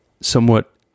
somewhat